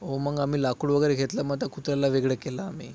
मग आम्ही लाकूड वगैरे घेतलं मग त्या कुत्र्याला वेगळं केलं आम्ही